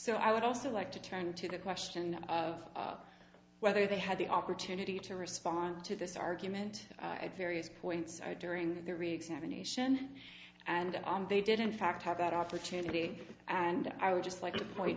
so i would also like to turn to the question of whether they had the opportunity to respond to this argument at various points during the reagan era nation and they did in fact have that opportunity and i would just like to point